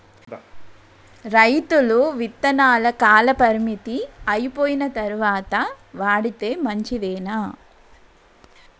రైతులు విత్తనాల కాలపరిమితి అయిపోయిన తరువాత వాడితే మంచిదేనా?